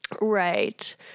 Right